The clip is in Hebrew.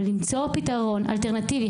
אבל למצוא פתרון אלטרנטיבי.